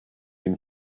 and